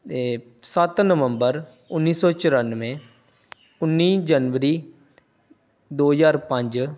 ਸੱਤ ਨਵੰਬਰ ਉੱਨੀ ਸੌ ਚੁਰਾਨਵੇ ਉੱਨੀ ਜਨਵਰੀ ਦੋ ਹਜ਼ਾਰ ਪੰਜ